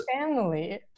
family